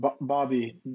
Bobby